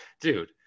dude